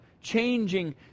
Changing